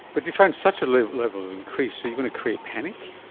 but you found such a level of increase, are you going to create panic?